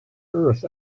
earth